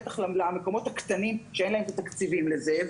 בטח למקומות הקטנים שאין להם את התקציבים לזה,